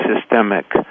systemic